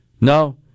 No